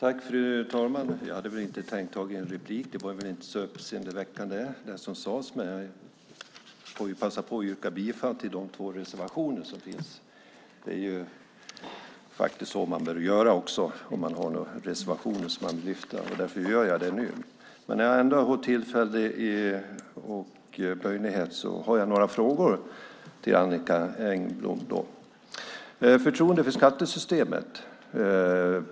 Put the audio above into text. Fru talman! Jag hade inte tänkt begära replik. Det som sades var inte så uppseendeväckande. Jag får passa på att yrka bifall till de två reservationer som finns. Det är så man bör göra om man har några reservationer som man lyfter fram. Därför gör jag det nu. När jag ändå har tillfälle och möjlighet har jag några frågor till Annicka Engblom. Ni talar om förtroendet för skattesystemet.